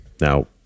Now